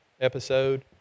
episode